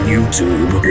YouTube